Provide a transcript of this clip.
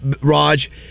Raj